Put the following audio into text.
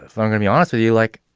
ah something um you also you like